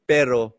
Pero